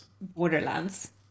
Borderlands